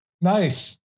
Nice